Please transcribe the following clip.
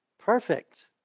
perfect